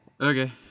Okay